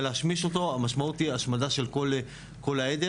להשמיש אותו המשמעות היא השמדה של כל העדר,